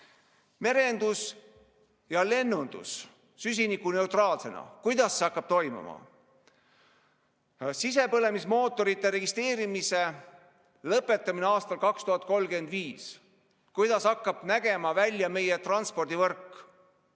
Merendus ja lennundus süsinikuneutraalsena, kuidas see hakkab toimuma? Sisepõlemismootorite registreerimise lõpetamine aastal 2035 – kuidas hakkab nägema välja meie transpordivõrk?